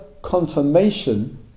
confirmation